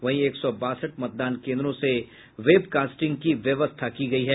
वहीं एक सौ बासठ मतदान केन्द्रों से वेबकास्टिंग की व्यवस्था की गयी है